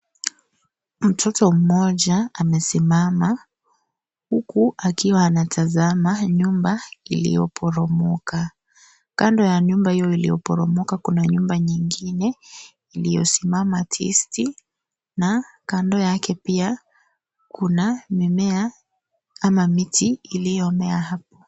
Mtoto mmoja amesimama huku akiwa anatazama nyumba iliyoporomoka. Kando ya nyumba hio iliyoporomoka kuna nyumba nyingine iliyosimama tisti na kando yake pia kuna mimea ama miti iliyomea hapo.